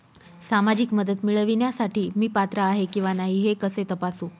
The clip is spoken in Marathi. सामाजिक मदत मिळविण्यासाठी मी पात्र आहे किंवा नाही हे कसे तपासू?